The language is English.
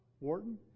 Wharton